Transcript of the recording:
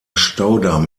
staudamm